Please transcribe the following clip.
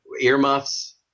earmuffs